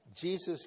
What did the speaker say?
Jesus